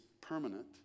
permanent